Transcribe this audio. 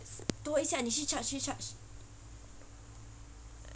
多一下去 charge 去 charge